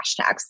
hashtags